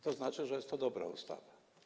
To znaczy, że jest to dobra ustawa.